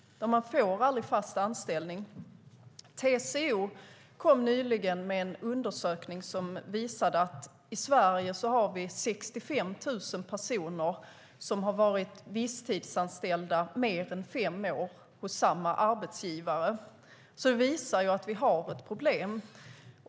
Man får aldrig fast anställning. TCO kom nyligen med en undersökning som visar att vi i Sverige har 65 000 personer som varit visstidsanställda mer än fem år hos samma arbetsgivare. Det visar att vi har ett problem.